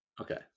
Okay